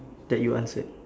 that you answered